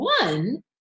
one